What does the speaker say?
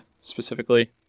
specifically